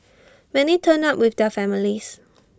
many turned up with their families